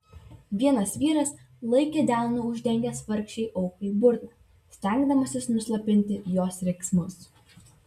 vienas vyras laikė delnu uždengęs vargšei aukai burną stengdamasis nuslopinti jos riksmus